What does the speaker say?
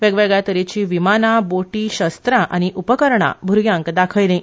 वेगवेगळ्या तरेची विमान बोटी शस्त्रां आनी उपकरणां भूरग्यांक दाखलीं